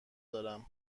دارم